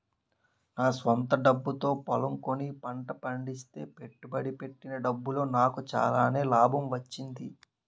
నా స్వంత డబ్బుతో పొలం కొని పంట పండిస్తే పెట్టుబడి పెట్టిన డబ్బులో నాకు చాలానే లాభం వచ్చింది